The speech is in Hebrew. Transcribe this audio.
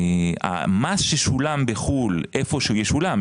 המס ששולם בחוץ לארץ היכן שהוא ישולם,